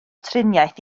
triniaeth